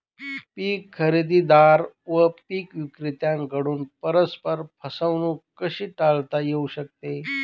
पीक खरेदीदार व पीक विक्रेत्यांकडून परस्पर फसवणूक कशी टाळता येऊ शकते?